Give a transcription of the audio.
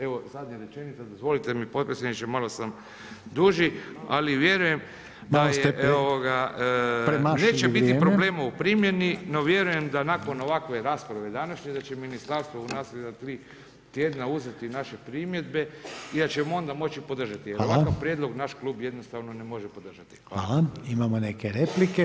Evo zadnja rečenica, dozvolite mi potpredsjedniče, malo sam duži, ali vjerujem [[Upadica: Malo ste premašili vrijeme.]] neće biti problema u primjeni, no vjerujem, da nakon, ovakve rasprave današnje, da će ministarstvo u nasljedna tri tjedna uzeti naše primjedbe i da ćemo onda moći podržati, jer ovakav prijedlog naš klub jednostavno ne može podržati.